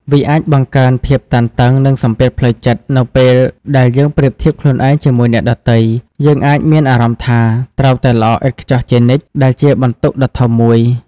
វាអាចបង្កើនភាពតានតឹង និងសម្ពាធផ្លូវចិត្ត នៅពេលដែលយើងប្រៀបធៀបខ្លួនឯងជាមួយអ្នកដទៃ យើងអាចមានអារម្មណ៍ថាត្រូវតែល្អឥតខ្ចោះជានិច្ច ដែលជាបន្ទុកដ៏ធំមួយ។